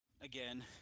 again